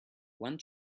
one